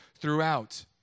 throughout